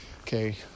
Okay